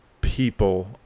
people